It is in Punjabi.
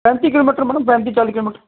ਪੈਂਤੀ ਕਿਲੋਮੀਟਰ ਮੈਡਮ ਪੈਂਤੀ ਚਾਲ੍ਹੀ ਕਿਲੋਮੀਟਰ